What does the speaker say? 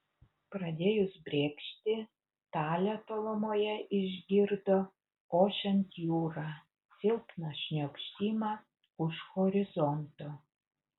pradėjus brėkšti talė tolumoje išgirdo ošiant jūrą silpną šniokštimą už horizonto